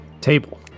Table